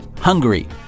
Hungary